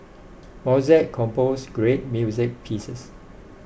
Mozart composed great music pieces